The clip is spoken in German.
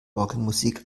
orgelmusik